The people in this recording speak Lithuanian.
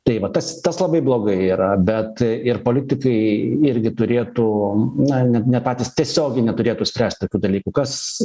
tai va tas tas labai blogai yra bet ir politikai irgi turėtų na ne ne patys tiesiogiai neturėtų spręsti tokių dalykų kas